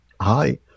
hi